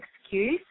excuse